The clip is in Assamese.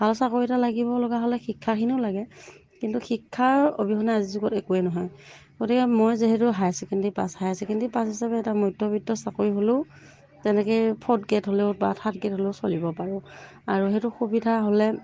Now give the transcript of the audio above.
ভাল চাকৰি এটা লাগিব লগা হ'লে শিক্ষাখিনিও লাগে কিন্তু শিক্ষাৰ অবিহনে আজিৰ যুগত একোৱে নহয় গতিকে মই যিহেতু higher secondary pass higher secondary pass হিচাপে এটা মধ্যবিত্ত চাকৰি হ'লেও তেনেকে ফৰ্থ গ্ৰেড হ'লেও বা থাৰ্ড গ্ৰেড হ'লেও চলিব পাৰোঁ আৰু সেইটো সুবিধা হ'লে